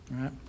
right